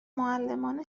معلمان